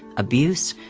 abuse,